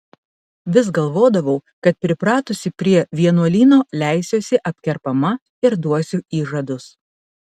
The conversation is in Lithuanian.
vis galvodavau kad pripratusi prie vienuolyno leisiuosi apkerpama ir duosiu įžadus